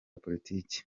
politiki